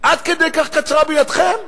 עד כדי כך קצרה בינתכם?